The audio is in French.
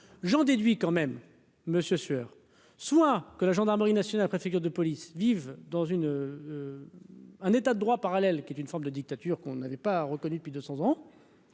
j'en déduis quand même. Monsieur sur soit que la gendarmerie nationale, préfecture de police, vivent dans une. Un état de droit parallèle qui est une forme de dictature qu'on avait pas reconnu depuis 200 ans,